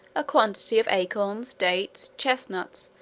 a quantity of acorns, dates, chestnuts,